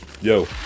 yo